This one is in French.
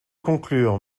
conclure